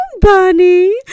Bunny